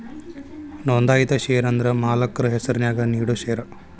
ನೋಂದಾಯಿತ ಷೇರ ಅಂದ್ರ ಮಾಲಕ್ರ ಹೆಸರ್ನ್ಯಾಗ ನೇಡೋ ಷೇರ